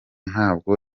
ntabwo